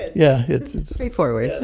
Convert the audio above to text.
yeah it's straightforward.